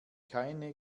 keine